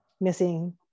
missing